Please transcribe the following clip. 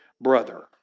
brother